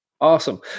awesome